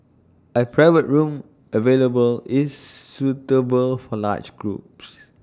A private room available is suitable for large groups